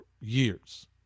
years